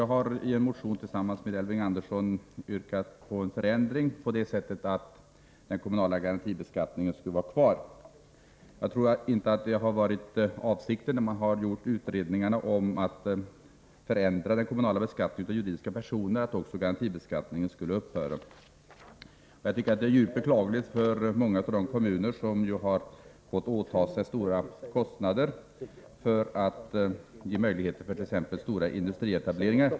Jag har i en motion tillsammans med Elving Andersson yrkat på en förändring på det sättet, att den kommunala garantibeskattningen skulle kvarstå. Då man gjorde utredningar om förändringar i den kommunala beskattningen av juridiska personer tror jag inte att avsikten var att även garantibeskattningen skulle upphöra. Jag tycker att det är djupt beklagligt för många av de kommuner som har fått åta sig stora kostnader för att möjliggöra t.ex. stora industrietableringar.